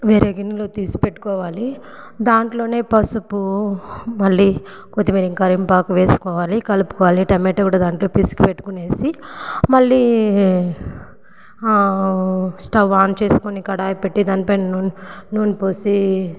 వేరే గిన్నెలో తీసిపెట్టుకోవాలి దాంట్లోనే పసుపు మళ్ళీ కొత్తిమీర ఇంకా కరివేపాకు వేసుకోవాలి కలుపుకోవాలి టమెటా కూడా దాంట్లో పిసికి పెట్టుకుని మళ్ళీ స్టవ్ ఆన్ చేసుకొని కడాయి పెట్టి దాని పైన నూ నూనె పోసి